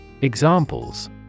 Examples